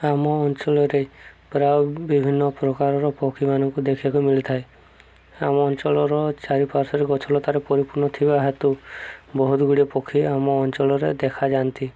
ଆମ ଅଞ୍ଚଳରେ ପ୍ରାୟ ବିଭିନ୍ନ ପ୍ରକାରର ପକ୍ଷୀମାନଙ୍କୁ ଦେଖିବାକୁ ମିଳିଥାଏ ଆମ ଅଞ୍ଚଳର ଚାରିପାର୍ଶରେ ଗଛଲତାରେ ପରିପୂର୍ଣ୍ଣ ଥିବା ହେତୁ ବହୁତ ଗୁଡ଼ିଏ ପକ୍ଷୀ ଆମ ଅଞ୍ଚଳରେ ଦେଖାାଯାଆନ୍ତି